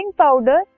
powder